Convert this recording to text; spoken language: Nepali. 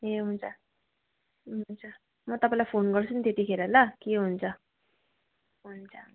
ए हुन्छ हुन्छ म तपाईँलाई फोन गर्छु नि त्यतिखेर ल के हुन्छ हुन्छ